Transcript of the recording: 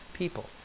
people